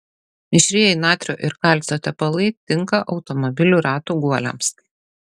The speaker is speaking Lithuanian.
mišrieji natrio ir kalcio tepalai tinka automobilių ratų guoliams